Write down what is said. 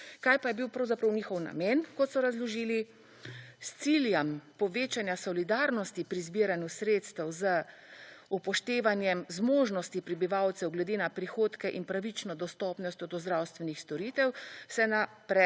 Kaj pa je bil pravzaprav njihov namen, kot so razložili. S ciljem povečanja solidarnosti pri zbiranju sredstev z upoštevanjem zmožnosti prebivalcev glede na prihodke in pravično dostopnostjo do zdravstvenih storitev, se na